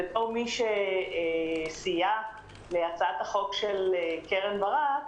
בתור מי שסייעה בכתיבת הצעת החוק של קרן ברק,